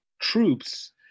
troops